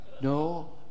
No